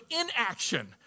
inaction